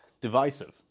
divisive